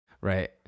Right